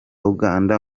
uganda